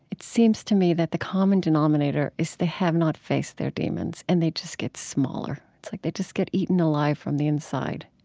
it seems to me that the common denominator is they have not faced their demons and they just get smaller. it's like they just get eaten alive from the inside.